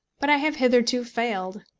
but i have hitherto failed.